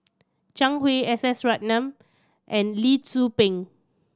Zhang Hui S S Ratnam and Lee Tzu Pheng